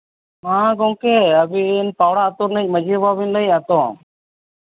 ᱦᱮᱸ ᱜᱳᱢᱠᱮ ᱟᱹᱵᱤᱱ ᱯᱟᱣᱨᱟ ᱟᱹᱛᱩ ᱨᱤᱱᱤᱡ ᱢᱟᱹᱡᱷᱤ ᱵᱟᱵᱟ ᱵᱤᱱ ᱞᱟᱹᱭᱮᱫᱼᱟ ᱛᱚ